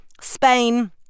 Spain